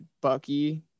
Bucky